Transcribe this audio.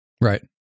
Right